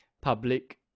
public